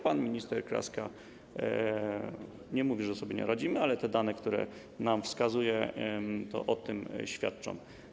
Pan minister Kraska nie mówi, że sobie nie radzimy, ale te dane, które nam pokazuje, o tym świadczą.